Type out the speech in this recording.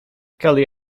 kelly